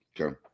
okay